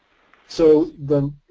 so the